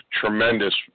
tremendous